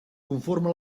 conforma